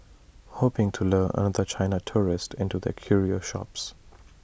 hoping to lure another China tourist into their curio shops